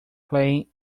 playing